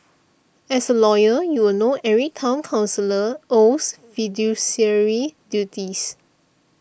as a lawyer you will know every Town Councillor owes fiduciary duties